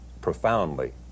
profoundly